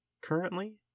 currently